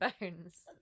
bones